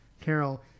Carol